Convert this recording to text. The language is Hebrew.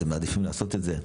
אז הם מעדיפים לעשות את זה,